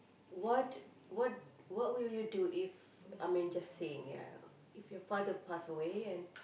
what what what will you do If I mean just saying ya if your father pass away and